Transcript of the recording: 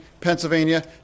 Pennsylvania